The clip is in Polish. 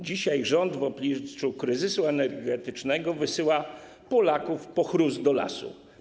Dzisiaj rząd w obliczu kryzysu energetycznego wysyła Polaków po chrust do lasu.